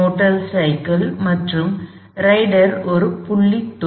motor cycle மற்றும் rider ஒரு புள்ளி துகள்